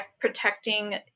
protecting